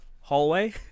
hallway